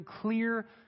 clear